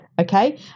Okay